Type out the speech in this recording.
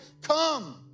come